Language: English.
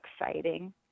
exciting